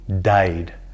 died